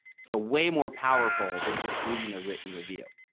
so way more powerful than just reading a written review.